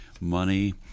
money